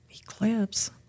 Eclipse